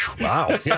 Wow